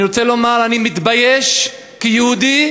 אני רוצה לומר: אני מתבייש כיהודי,